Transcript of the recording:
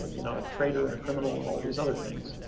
you know, a traitor, and a criminal, and all these other things.